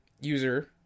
User